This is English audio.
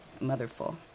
Motherful